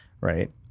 right